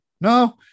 no